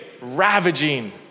ravaging